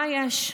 מה יש?